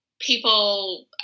people